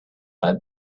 but